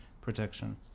protection